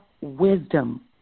wisdom